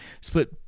split